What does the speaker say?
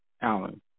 Allen